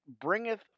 bringeth